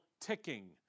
ticking